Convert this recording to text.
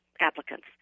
applicants